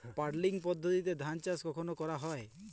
Puddling পদ্ধতিতে ধান চাষ কখন করা হয়?